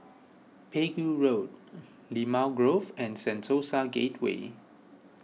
Pegu Road Limau Grove and Sentosa Gateway